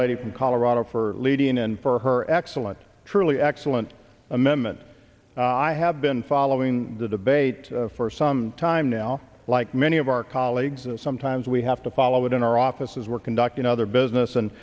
who colorado for leading and for her excellent truly excellent amendment i have been following the debate for some time now like many of our colleagues and sometimes we have to follow it in our offices we're conducting other business and